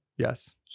Yes